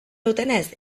dutenez